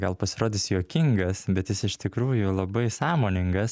gal pasirodys juokingas bet jis iš tikrųjų labai sąmoningas